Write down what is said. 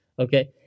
Okay